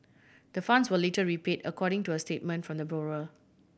the funds were later repaid according to a statement from the borrower